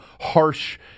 harsh